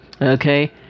Okay